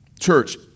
Church